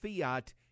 Fiat